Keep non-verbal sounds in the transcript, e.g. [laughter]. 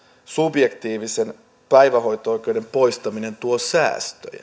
subjektiivisen päivähoito oikeuden poistaminen tuo säästöjä [unintelligible]